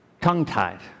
tongue-tied